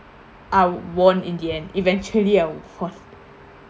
I won't in the end eventually I won't